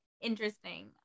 Interesting